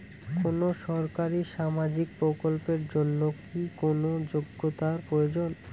কোনো সরকারি সামাজিক প্রকল্পের জন্য কি কোনো যোগ্যতার প্রয়োজন?